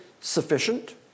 sufficient